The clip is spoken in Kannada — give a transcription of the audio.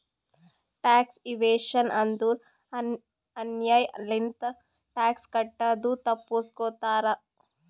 ಟ್ಯಾಕ್ಸ್ ಇವೇಶನ್ ಅಂದುರ್ ಅನ್ಯಾಯ್ ಲಿಂತ ಟ್ಯಾಕ್ಸ್ ಕಟ್ಟದು ತಪ್ಪಸ್ಗೋತಾರ್